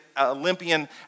Olympian